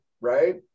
right